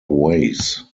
ways